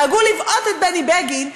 דאגו לבעוט את בני בגין.